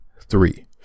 three